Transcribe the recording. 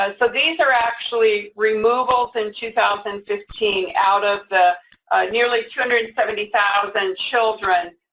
ah so these are actually removals in two thousand and fifteen. out of the nearly two hundred and seventy thousand children,